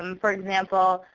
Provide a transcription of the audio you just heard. um for example,